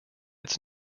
its